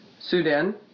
Sudan